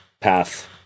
Path